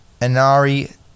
Anari